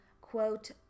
quote